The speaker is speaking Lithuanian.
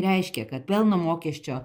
reiškia kad pelno mokesčio